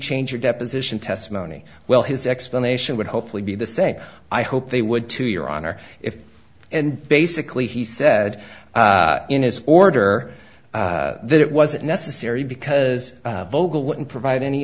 change your deposition testimony well his explanation would hopefully be the same i hope they would to your honor if and basically he said in his order that it wasn't necessary because vogel wouldn't provide any